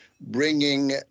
bringing